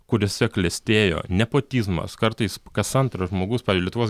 kuriuose klestėjo nepotizmas kartais kas antras žmogus pavyzdžiui lietuvos